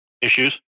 issues